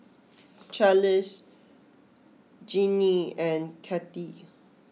Charlize Jinnie and Cathy